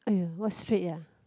!aiya! what street uh